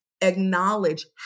acknowledge